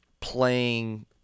playing